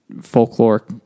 folklore